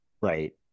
Right